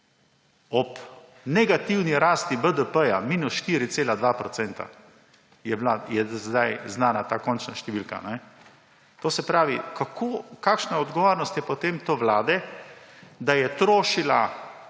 Ob negativni rasti BDP minus 4,2 % je zdaj znana ta končna številka. Kakšna odgovornost je potem to vlade, da je trošila